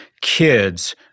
kids